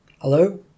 Hello